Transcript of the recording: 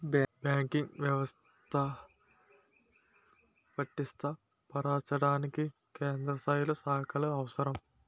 banking వ్యవస్థ పటిష్ట పరచడానికి క్షేత్రస్థాయిలో శాఖలు అవసరం